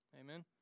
Amen